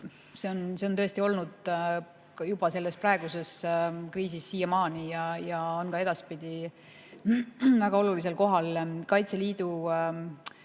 on tõesti olnud juba selles praeguses kriisis ja on ka edaspidi väga olulisel kohal. Kaitseliidu